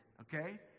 Okay